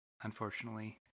unfortunately